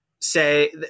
Say